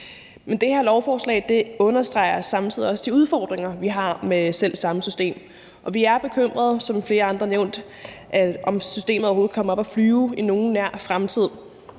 Men det her lovforslag understreger samtidig også de udfordringer, vi har med selv samme system. Og vi er, ligesom flere andre også har nævnt, bekymrede for, om systemet overhovedet kommer op at flyve i nogen nær fremtid.